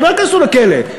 שלא ייכנסו לכלא,